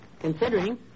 considering